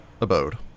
abode